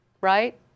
right